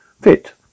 fit